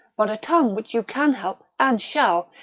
but a tongue which you can help, and shall!